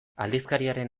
aldizkariaren